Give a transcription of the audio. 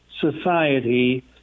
society